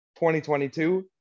2022